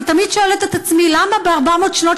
אני תמיד שואלת את עצמי: למה ב-400 שנות